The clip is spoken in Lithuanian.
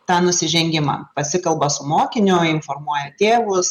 tą nusižengimą pasikalba su mokiniu informuoja tėvus